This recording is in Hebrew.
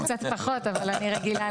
קצת פחות אבל אני רגילה לזה.